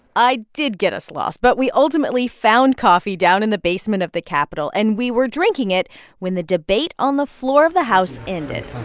i did get us lost. but we ultimately found coffee down in the basement of the capitol, and we were drinking it when the debate on the floor of the house ended